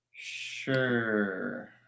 sure